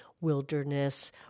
wilderness